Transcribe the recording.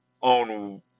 on